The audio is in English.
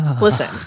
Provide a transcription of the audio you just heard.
listen